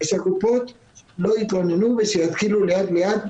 שהקופות לא יתלוננו ושיתחילו לאט לאט,